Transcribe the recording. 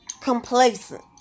complacent